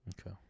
Okay